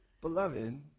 beloved